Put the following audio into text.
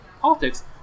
politics